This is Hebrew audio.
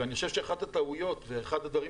ואני חושב שאחת הטעויות ואחד הדברים